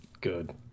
Good